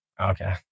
Okay